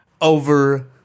over